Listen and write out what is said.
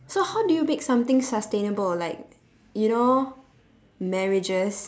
so how do you make something sustainable like you know marriages